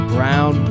Brown